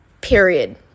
Period